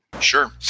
Sure